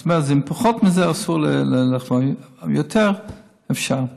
זאת אומרת, אם פחות מזה, אסור, יותר, אפשר.